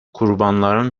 kurbanların